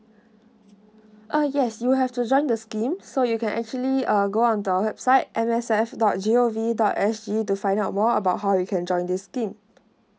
uh yes you have to join the scheme so you can actually uh go onto our website M S F dot G O V dot S G to find out more about how you can join this scheme